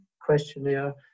questionnaire